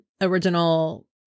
original